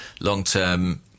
long-term